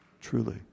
truly